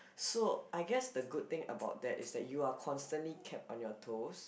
so I guess the good thing about that is that you are constantly kept on your toes